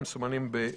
הן מסומנות בכחול-אפור.